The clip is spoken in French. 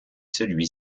celui